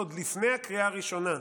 עוד לפני הקריאה הראשונה,